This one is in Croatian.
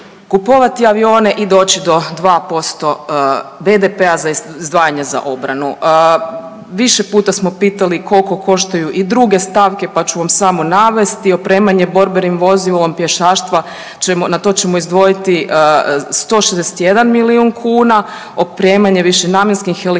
kupovati avione i doći do 2% BDP-a za izdvajanje za obranu. Više puta smo pitali koliko koštaju i druge stavke pa ću vam samo navesti. Opremanje borbenim vozilom pješaštva, na to ćemo izdvojiti 161 milijun kuna, opremanje višenamjenskim helikopterom